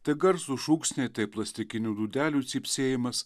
tai garsūs šūksniai tai plastikinių dūdelių cypsėjimas